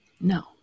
No